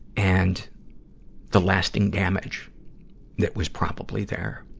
and the lasting damage that was probably there.